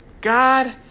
God